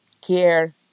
care